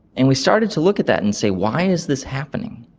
and we started to look at that and say why is this happening.